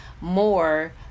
more